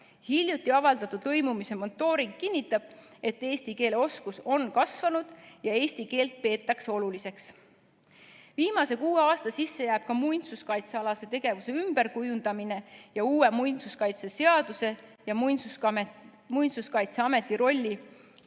Hiljuti avaldatud lõimumismonitooring kinnitab, et eesti keele oskus on kasvanud ja eesti keelt peetakse oluliseks. Viimase kuue aasta sisse jääb ka muinsuskaitsealase tegevuse ümberkujundamine, uue muinsuskaitseseaduse vastuvõtmine ja Muinsuskaitseameti rolli